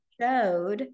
showed